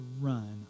run